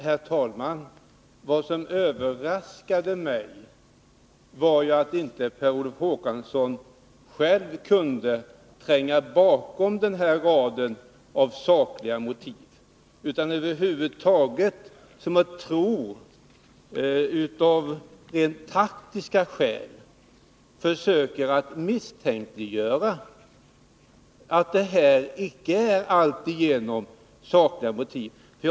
Herr talman! Vad som överraskade mig var att Per Olof Håkansson inte själv kunde tränga bakom den här raden av sakliga motiv. Jag tvingas tro att han av rent taktiska skäl försöker misstänkliggöra våra motiv och försöker få dem att framstå som osakliga.